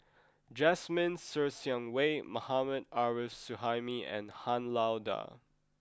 Jasmine Ser Xiang Wei Mohammad Arif Suhaimi and Han Lao Da